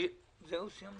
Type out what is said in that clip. אנחנו עוברים